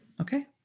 Okay